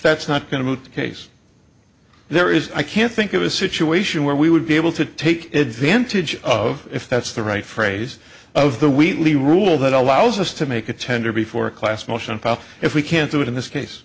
that's not going to move the case there is i can't think of a situation where we would be able to take advantage of if that's the right phrase of the weekly rule that allows us to make a tender before class motion path if we can't do it in this case